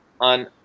on